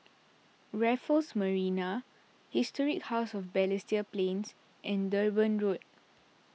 Raffles Marina Historic House of Balestier Plains and Durban Road